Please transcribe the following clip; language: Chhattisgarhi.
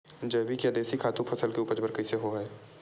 जैविक या देशी खातु फसल के उपज बर कइसे होहय?